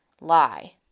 lie